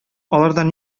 алардан